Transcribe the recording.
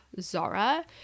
zara